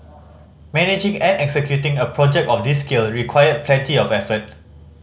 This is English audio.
managing and executing a project of this scale required plenty of effort